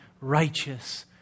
righteous